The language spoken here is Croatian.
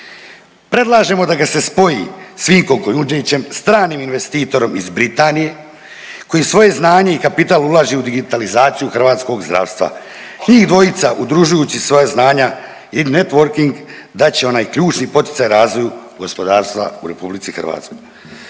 Predlažemo da ga se spoji s Vinkom Kujundžićem, stranim investitorom iz Britanije koji svoje znanje i kapital ulaže u digitalizaciju hrvatskog zdravstva. Njih dvojica udružujući svoja znanja i networking dat će onaj ključni poticaj razvoju gospodarstva u RH.